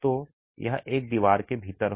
तो यह एक दीवार के भीतर हो